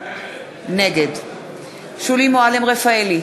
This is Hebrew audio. נגד שולי מועלם-רפאלי,